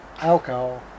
alcohol